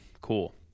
Cool